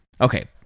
Okay